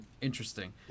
Interesting